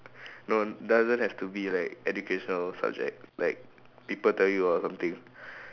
no doesn't have to be like educational subject like people tell you or something